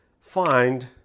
find